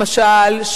למשל,